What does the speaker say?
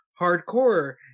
hardcore